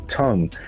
tongue